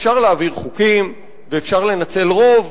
אפשר להעביר חוקים ואפשר לנצל רוב,